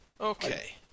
Okay